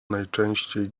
najczęściej